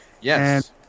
Yes